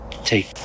take